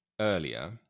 earlier